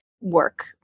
work